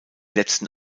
letzten